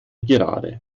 gerade